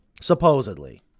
supposedly